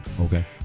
okay